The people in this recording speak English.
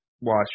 watch